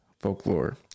folklore